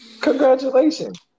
Congratulations